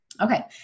Okay